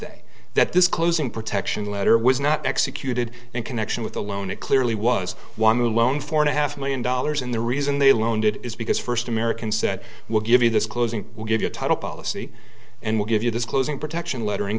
they that this closing protection letter was not executed in connection with the loan it clearly was one loan four and a half million dollars and the reason they loaned it is because first american said we'll give you this closing we'll give you a title policy and we'll give you this closing protection letter in